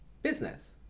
Business